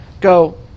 go